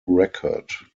record